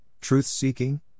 truth-seeking